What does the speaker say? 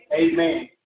Amen